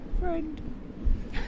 Friend